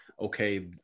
okay